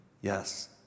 yes